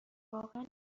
واقعا